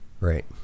Right